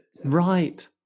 Right